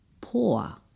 poor